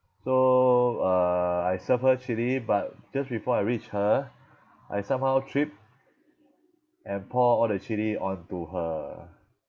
so uh I served her chilli but just before I reach her I somehow tripped and pour all the chilli onto her